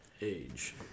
age